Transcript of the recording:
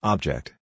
Object